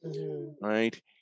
right